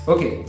Okay